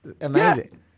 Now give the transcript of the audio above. amazing